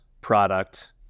product